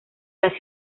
las